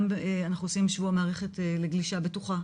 אנחנו עושים גם "שבוע המערכת לגלישה בטוחה"